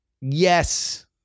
yes